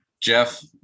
jeff